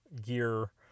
gear